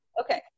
Okay